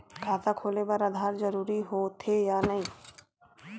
खाता खोले बार आधार जरूरी हो थे या नहीं?